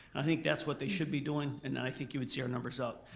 i think that's what they should be doing and and i think you would see our numbers up.